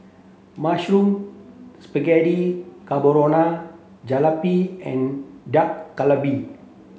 mushroom Spaghetti Carbonara Jalebi and Dak Galbi